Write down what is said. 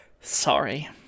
sorry